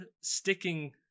sticking